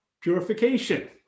purification